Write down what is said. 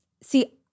See